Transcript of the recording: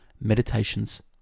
Meditations